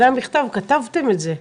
זה המכתב, כתבתם את זה.